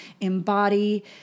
embody